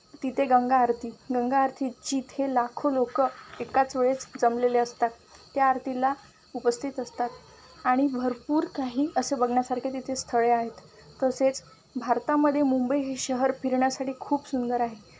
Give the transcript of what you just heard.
तिथे गंगा आरती गंगा आरती जिथे लाखो लोकं एकाच वेळेस जमलेले असतात त्या आरतीला उपस्थित असतात आणि भरपूर काही असे बघण्यासारखे तिथे स्थळे आहेत तसेच भारतामध्ये मुंबई हे शहर फिरण्यासाठी खूप सुंदर आहे